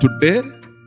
today